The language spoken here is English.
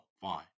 fine